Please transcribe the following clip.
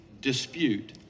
dispute